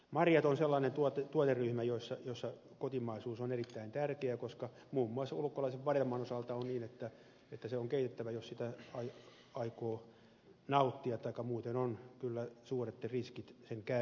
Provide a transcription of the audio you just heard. marjat on sellainen tuoteryhmä jossa kotimaisuus on erittäin tärkeää koska muun muassa ulkomaisen vadelman osalta on niin että se on keitettävä jos sitä aikoo nauttia taikka muuten on kyllä suuret riskit sen käytössä